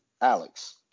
alex